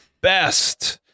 best